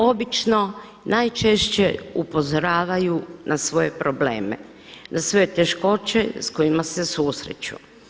Obično najčešće upozoravaju na svoje probleme, na svoje teškoće s kojima se susreću.